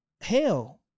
Hell